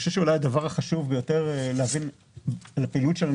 הדבר החשוב ביותר להבין על הפעילות שלנו